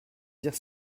dire